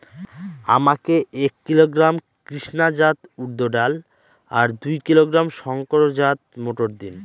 আমাকে এক কিলোগ্রাম কৃষ্ণা জাত উর্দ ডাল আর দু কিলোগ্রাম শঙ্কর জাত মোটর দিন?